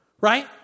right